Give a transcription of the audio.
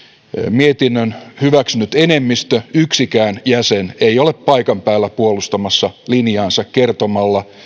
mietinnön hyväksyneestä enemmistöstä yksikään jäsen ei ole paikan päällä puolustamassa linjaansa kertomalla